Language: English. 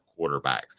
quarterbacks